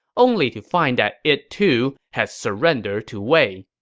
only to find that it, too, had surrendered to wei.